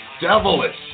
Devilish